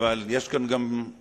אבל יש כאן גם דוברים.